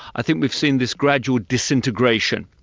i think we've seen this gradual disintegration